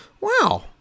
wow